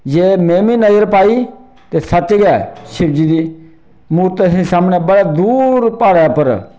जे में बी नजर पाई ते सच्च गै शिवजी दी मूर्त असेंगी सामनै बड़े दूर प्हाड़ें उप्पर